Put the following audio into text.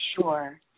Sure